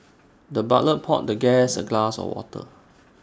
the butler poured the guest A glass of water